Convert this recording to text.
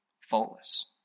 faultless